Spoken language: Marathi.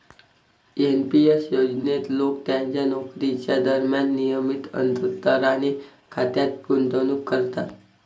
एन.पी एस योजनेत लोक त्यांच्या नोकरीच्या दरम्यान नियमित अंतराने खात्यात गुंतवणूक करतात